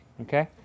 okay